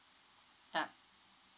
ah